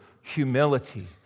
humility